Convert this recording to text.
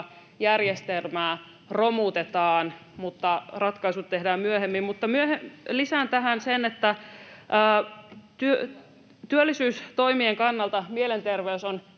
järjestelmää romutetaan, mutta ratkaisut tehdään myöhemmin. Lisään tähän sen, että työllisyystoimien kannalta mielenterveys on